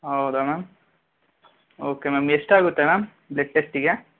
ಹೌದ ma'am okay ma'am ಎಷ್ಟಾಗುತ್ತೆ ma'am blood ಟೆಸ್ಟಿಗೆ